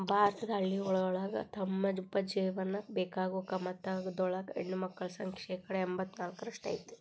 ಭಾರತದ ಹಳ್ಳಿಗಳೊಳಗ ತಮ್ಮ ಉಪಜೇವನಕ್ಕ ಬೇಕಾಗೋ ಕಮತದೊಳಗ ಹೆಣ್ಣಮಕ್ಕಳ ಸಂಖ್ಯೆ ಶೇಕಡಾ ಎಂಬತ್ ನಾಲ್ಕರಷ್ಟ್ ಐತಿ